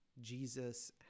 Jesus